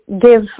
give